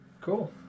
cool